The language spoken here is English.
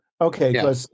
okay